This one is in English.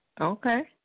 Okay